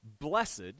blessed